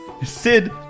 Sid